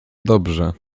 dobrze